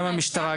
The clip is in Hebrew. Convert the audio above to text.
גם המשטרה,